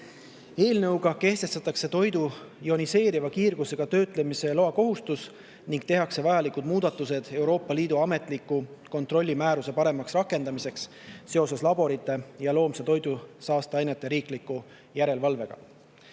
Eelnõuga kehtestatakse toidu ioniseeriva kiirgusega töötlemise loa kohustus ning tehakse vajalikud muudatused Euroopa Liidu ametliku kontrolli määruse paremaks rakendamiseks seoses laborite ja loomse toidu saasteainete riikliku järelevalvega.